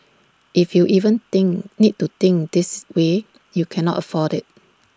if you even think need to think this way you cannot afford IT